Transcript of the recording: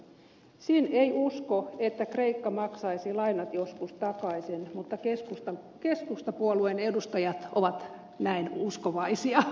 sinn ei usko että kreikka maksaisi lainat joskus takaisin mutta keskustapuolueen edustajat ovat näin uskovaisia